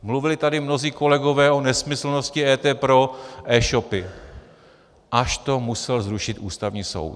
Mluvili tady mnozí kolegové o nesmyslnosti EET pro eshopy, až to musel zrušit Ústavní soud.